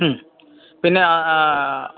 ഉം പിന്നെ ആ